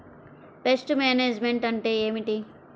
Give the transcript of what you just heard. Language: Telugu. పెస్ట్ మేనేజ్మెంట్ అంటే ఏమిటి?